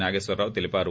నాగేశ్వరావు తెలిపారు